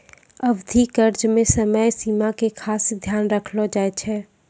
अवधि कर्ज मे समय सीमा के खास ध्यान रखलो जाय छै